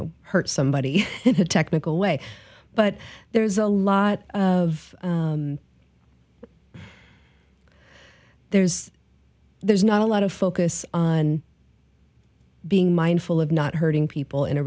know hurt somebody technical way but there's a lot of there's there's not a lot of focus on being mindful of not hurting people in a